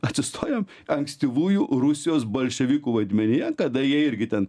atsistojam ankstyvųjų rusijos bolševikų vaidmenyje kada jie irgi ten